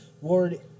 Ward